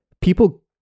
people